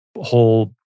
whole